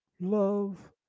love